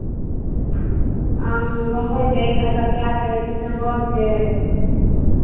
आम बम्बइ छै कलकतिआ छै किशनभोग छै